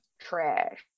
trash